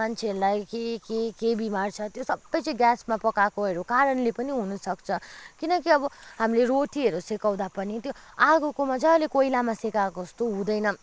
मान्छेहरूलाई के के के बिमार छ त्यो सबै चाहिँ ग्यासमा पकाएकोहरू कारणले पनि हुनसक्छ किनकि अब हामीले रोटीहरू सेकाउँदा पनि आगोको मजाले कोइलामा सेकाेको जस्तो हुँदैन